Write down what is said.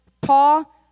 Paul